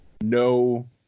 no